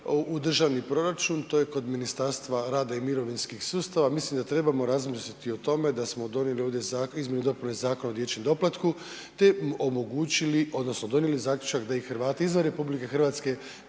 državni proračun, to je kod Ministarstva rada i mirovinskih sustava. Mislim da trebamo razmisliti o tome da smo donijeli ovdje zakon, izmjene i dopune Zakona o dječjem doplatku te im omogućili odnosno donijeli zaključak da i Hrvati izvan RH bez